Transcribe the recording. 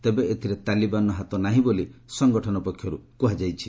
ତେବେ ଏଥିରେ ତାଲିବାନ୍ର ହାତ ନାହିଁ ବୋଲି ସଙ୍ଗଠନ ପକ୍ଷରୁ କୁହାଯାଇଛି